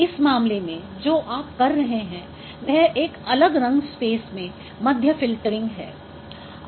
इस मामले में आप जो कर रहे हैं वह एक अलग रंग स्पेस में मध्य फ़िल्टरिंग है